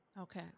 Okay